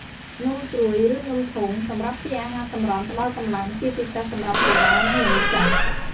នំស្រួយ ឬនំធុង សម្រាប់ជាអាហារសម្រន់ផ្តល់កម្លាំង ជាពិសេសសម្រាប់កុមារ និងមនុស្សចាស់។